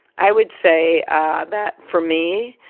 i would say that, for me,